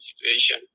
situation